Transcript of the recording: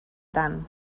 tant